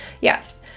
Yes